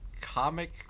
comic